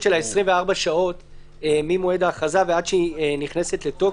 של ה-24 שעות ממועד ההכרזה ועד שהיא נכנסת לתוקף.